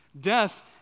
Death